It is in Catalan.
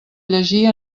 llegir